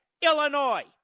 Illinois